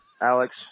Alex